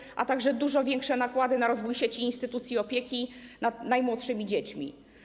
Przewiduje także dużo większe nakłady na rozwój sieci instytucji opieki nad najmłodszymi dziećmi.